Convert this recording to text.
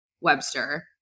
Webster